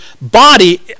body